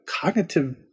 cognitive